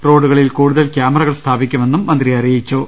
റോഡുകളിൽ കൂടുതൽ ക്യാമറകൾ സ്ഥാപിക്കുമെന്നും മന്ത്രി അറിയിച്ചു